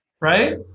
right